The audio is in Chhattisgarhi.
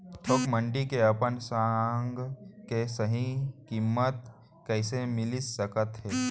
थोक मंडी में अपन साग के सही किम्मत कइसे मिलिस सकत हे?